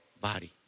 body